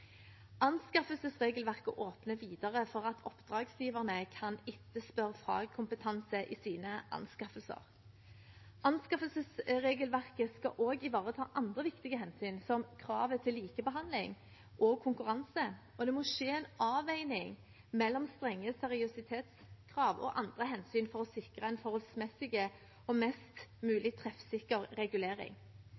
Anskaffelsesregelverket åpner videre for at oppdragsgiverne kan etterspørre fagkompetanse i sine anskaffelser. Anskaffelsesregelverket skal også ivareta andre viktige hensyn, som kravet til likebehandling og konkurranse, og det må skje en avveining mellom strenge seriøsitetskrav og andre hensyn for å sikre en forholdsmessig og mest